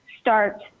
start